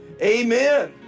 Amen